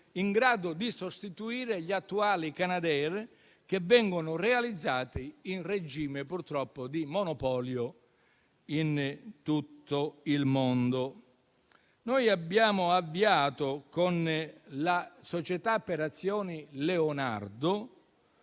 in grado di sostituire gli attuali Canadair, che vengono realizzati in regime, purtroppo, di monopolio in tutto il mondo. Noi abbiamo avviato con la società per azioni Leonardo